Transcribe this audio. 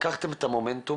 לקחתם את המומנטום